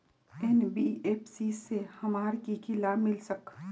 NBFC से हमार की की लाभ मिल सक?